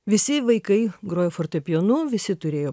visi vaikai grojo fortepijonu visi turėjo